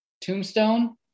tombstone